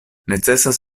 necesas